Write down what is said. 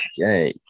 Okay